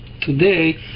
today